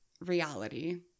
reality